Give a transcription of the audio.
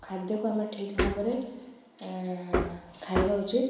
ଖାଦ୍ୟକୁ ଆମେ ଠିକ୍ ଭାବରେ ଖାଇବା ଉଚିତ